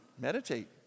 Meditate